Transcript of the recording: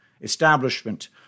establishment